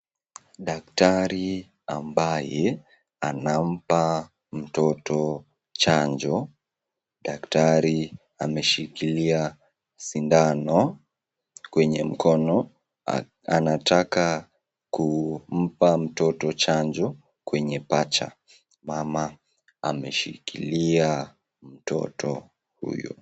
Daktari ambaye anampa mtoto chanjo. Daktari ameshikilia sindano mwenye mkono, anataka kumpa mtoto chanjo kwenye paja. Mama ameshikilia mtoto huyo.